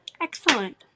Excellent